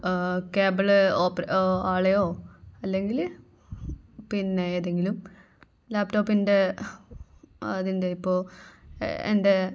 cable of ആളെയോ അല്ലെങ്കിൽ പിന്നെ ഏതെങ്കിലും ലാപ്ടോപ്പിൻ്റെ അതിൻ്റെ ഇപ്പോൾ എൻ്റെ